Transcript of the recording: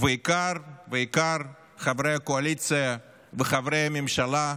ובעיקר, בעיקר, חברי הקואליציה וחברי הממשלה,